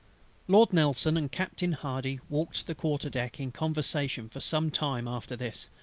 lord nelson and captain hardy walked the quarter-deck in conversation for some time after this,